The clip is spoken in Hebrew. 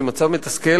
זה מצב מתסכל,